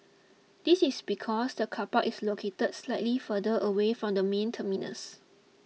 this is because the car park is located slightly further away from the main terminals